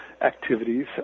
activities